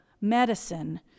medicine